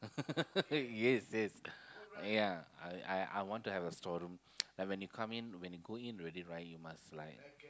yes yes ya I I I want to have a storeroom like when you come in when you go in already right you must like